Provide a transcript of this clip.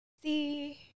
See